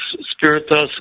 Spiritus